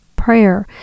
prayer